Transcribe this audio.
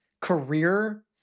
career